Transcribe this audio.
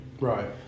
Right